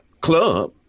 club